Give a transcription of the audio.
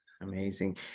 Amazing